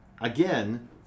again